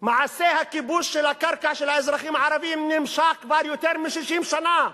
מעשה הכיבוש של הקרקע של האזרחים הערבים נמשך כבר יותר מ-60 שנה.